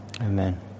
Amen